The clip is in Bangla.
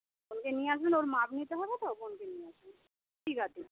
বোনকে নিয়ে আসবেন ওর মাপ নিতে হবে তো বোনকে নিয়ে আসবেন ঠিক আছে